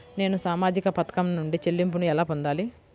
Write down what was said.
నేను సామాజిక పథకం నుండి చెల్లింపును ఎలా పొందాలి?